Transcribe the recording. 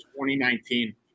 2019